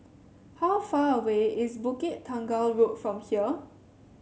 how far away is Bukit Tunggal Road from here